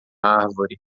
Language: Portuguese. árvore